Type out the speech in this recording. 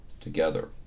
together